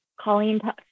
Colleen